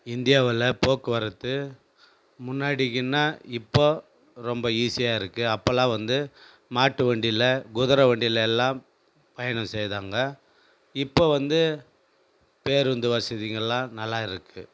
இந்தியாவில் போக்குவரத்து முன்னாடிக்கினா இப்போது ரொம்ப ஈஸியாக இருக்குது அப்போலாம் வந்து மாட்டு வண்டியில் குதிரை வண்டிலெலாம் பயணம் செய்தாங்க இப்போ வந்து பேருந்து வசதிங்களெலாம் நல்லா இருக்குது